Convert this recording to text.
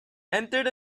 entered